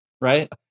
right